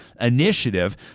initiative